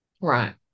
Right